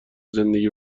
زندگی